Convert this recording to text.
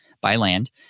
byland